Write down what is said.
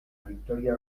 victoria